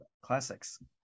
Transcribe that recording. classics